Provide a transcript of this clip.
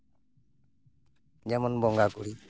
ᱡᱮᱢᱚᱱ ᱵᱚᱸᱜᱟ ᱠᱩᱲᱤ